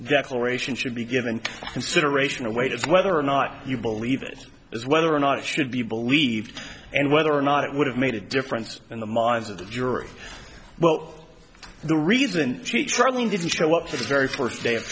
declaration should be given consideration or weight is whether or not you believe it is whether or not it should be believed and whether or not it would have made a difference in the minds of the jury well the reason she troubling didn't show up to the very first day of